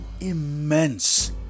immense